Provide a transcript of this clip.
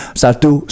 satu